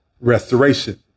Restoration